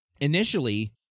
Initially